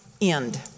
end